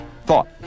thought